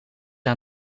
aan